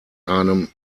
einem